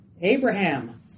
Abraham